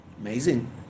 Amazing